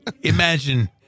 imagine